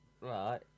Right